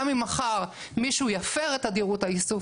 גם אם מחר מישהו יפר את תדירות האיסוף